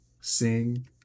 sing